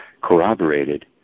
corroborated